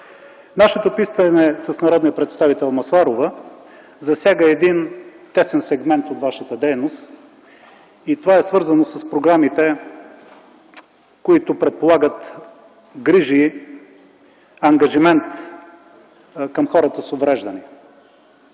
Нашето питане с народния представител Масларова засяга тесен сегмент от Вашата дейност. Това е свързано с програмите, които предполагат грижи, ангажимент към хората с увреждания